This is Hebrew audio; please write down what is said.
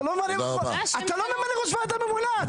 אתה לא ממנה ראש ועדה ממונה.